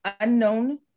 unknown